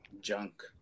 junk